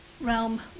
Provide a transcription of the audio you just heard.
realm